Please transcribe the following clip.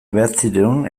bederatziehun